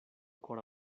kora